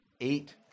eight